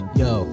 yo